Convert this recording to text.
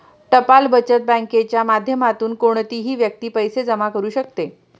टपाल बचत बँकेच्या माध्यमातून कोणतीही व्यक्ती पैसे जमा करू शकते